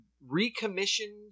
recommissioned